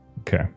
Okay